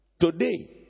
Today